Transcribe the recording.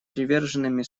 приверженными